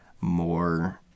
more